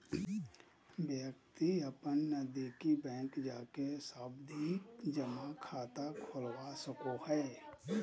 व्यक्ति अपन नजदीकी बैंक जाके सावधि जमा खाता खोलवा सको हय